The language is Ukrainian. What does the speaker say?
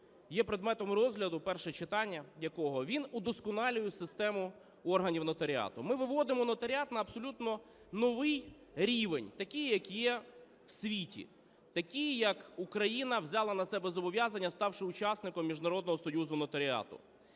є предметом розгляду, перше читання якого, він удосконалює систему органів нотаріату. Ми виводимо нотаріат на абсолютно новий рівень, такий, який є в світі. Такий, як Україна взяла на себе зобов'язання, ставши учасником Міжнародного союзу нотаріату.